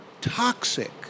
toxic